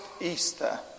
Easter